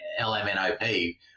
LMNOP